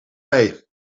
mee